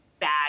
bad